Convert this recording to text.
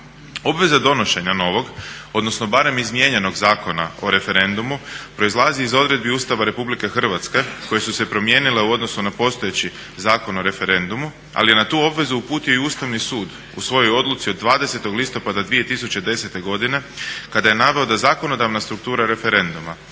Obveza donošenja novog, odnosno barem izmijenjenog Zakona o referendumu proizlazi iz odredbi Ustava RH koje su se promijenile u odnosu na postojeći Zakon o referendumu, ali je na tu obvezu uputio i Ustavni sud u svojoj odluci od 20. listopada 2010. godine kada je naveo da zakonodavna struktura referenduma